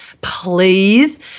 please